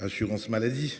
assurance-maladie,